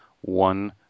one